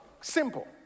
Simple